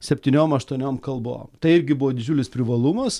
septyniom aštuoniom kalbom tai irgi buvo didžiulis privalumas